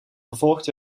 vervolgd